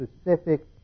specific